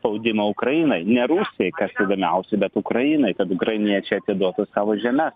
spaudimą ukrainai ne rusijai kas įdomiausia bet ukrainai kad ukrainiečiai atiduotų savo žemes